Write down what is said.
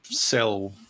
sell